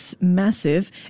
massive